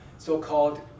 so-called